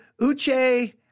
Uche